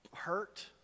Hurt